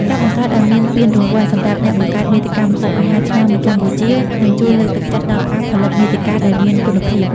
ការបង្កើតឱ្យមានពានរង្វាន់សម្រាប់អ្នកបង្កើតមាតិកាម្ហូបអាហារឆ្នើមនៅកម្ពុជា នឹងជួយលើកទឹកចិត្តដល់ការផលិតមាតិកាដែលមានគុណភាព។